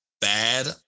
bad